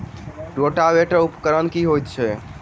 Rotavator उपकरण की हएत अछि?